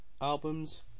albums